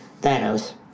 Thanos